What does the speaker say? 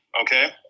okay